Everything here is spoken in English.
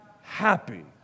Happy